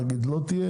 נגיד ולא תהיה,